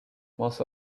most